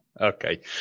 Okay